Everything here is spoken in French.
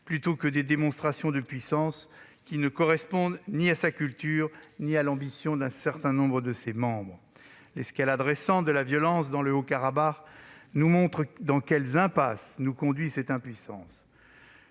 négocier, aux démonstrations de puissance qui ne correspondent ni à sa culture ni à l'ambition d'un certain nombre de ses membres. L'escalade récente de la violence dans le Haut-Karabagh nous montre dans quelles impasses nous conduit cette impuissance.